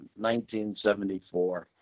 1974